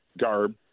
garb